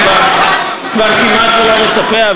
אני כבר כמעט לא מצפה,